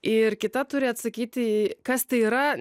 ir kita turi atsakyti kas tai yra